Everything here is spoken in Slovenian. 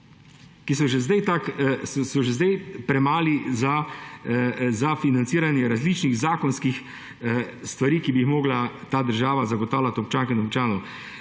ki so že zdaj premajhni za financiranje različnih zakonskih stvari, ki bi jih morala ta država zagotavljati občankam in občanom.